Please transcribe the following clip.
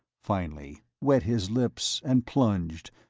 finally wet his lips and plunged,